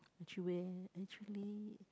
actually where actually